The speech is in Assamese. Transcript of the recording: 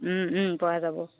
পোৱা যাব